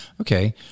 Okay